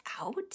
out